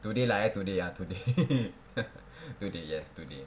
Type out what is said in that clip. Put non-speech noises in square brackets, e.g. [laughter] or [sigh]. today lah eh today ya today [laughs] today yes today